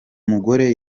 mugore